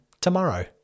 tomorrow